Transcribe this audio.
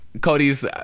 cody's